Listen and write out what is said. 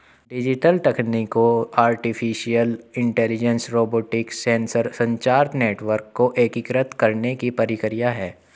digital तकनीकों artificial intelligence, robotics, sensor, संचार network को एकीकृत करने की प्रक्रिया है